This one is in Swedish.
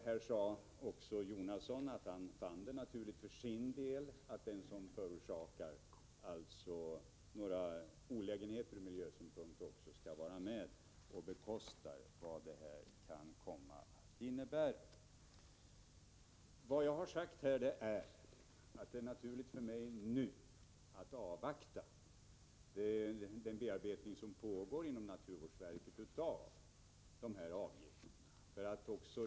Här sade Jonasson att han för sin del finner det naturligt att den som förorsakar någon olägenhet ur miljösynpunkt också skall vara med att bekosta vad det kan komma att innebära. Vad jag här har sagt är att det är naturligt för mig nu att avvakta den bearbetning av avgifterna som pågår inom naturvårdsverket.